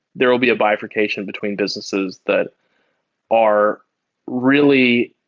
there will be a bifurcation between businesses that are really